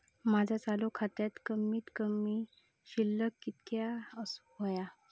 माझ्या चालू खात्यासाठी कमित कमी शिल्लक कितक्या असूक होया?